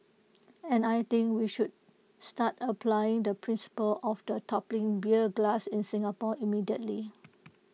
and I think we should start applying the principle of the toppling beer glass in Singapore immediately